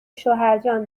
شوهرجان